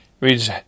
Reads